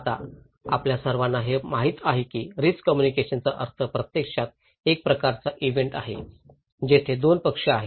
आता आपल्या सर्वांना हे माहित आहे की रिस्क कम्युनिकेशन चा अर्थ प्रत्यक्षात एक प्रकारचा इव्हेंट आहे जेथे दोन पक्ष आहेत